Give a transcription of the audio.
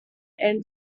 and